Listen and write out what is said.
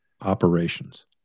operations